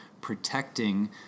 protecting